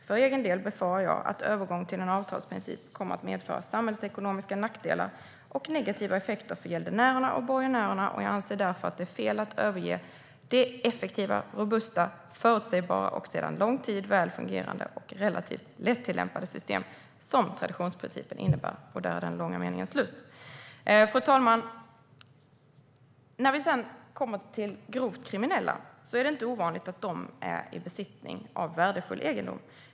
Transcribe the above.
För egen del befarar jag att övergång till en avtalsprincip kommer att medföra samhällsekonomiska nackdelar och negativa effekter för gäldenärerna och borgenärerna, och jag anser därför att det är fel att överge det effektiva, robusta, förutsägbara och sedan lång tid väl fungerande och relativt lättillämpade system som traditionsprincipen innebär. Fru talman! När det gäller grovt kriminella är det inte ovanligt att de är i besittning av värdefull egendom.